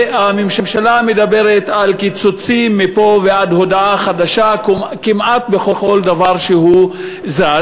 והממשלה מדברת על קיצוצים מפה ועד הודעה חדשה כמעט בכל דבר שזז,